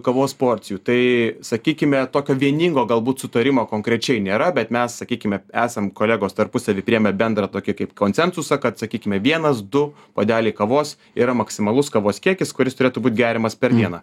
kavos porcijų tai sakykime tokio vieningo galbūt sutarimo konkrečiai nėra bet mes sakykime esam kolegos tarpusavy priėmė bendrą tokį kaip konsensusą kad sakykime vienas du puodeliai kavos yra maksimalus kavos kiekis kuris turėtų būt geriamas per dieną